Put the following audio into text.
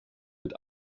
mit